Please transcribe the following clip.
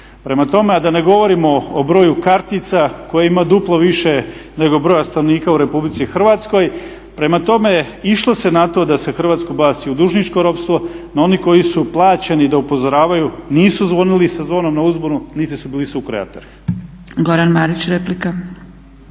Prema tome, da ne govorimo o broju kartica kojih ima duplo više nego broja stanovnika u RH. Prema tome, išlo se na to da se Hrvatsku baci u dužničko ropstvo. No oni koji su plaćeni da upozoravaju nisu zvonili sa zvonom na uzbunu niti su bili sukreatori. **Zgrebec, Dragica